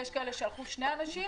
ויש כאלה שהלכו שני אנשים.